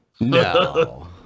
No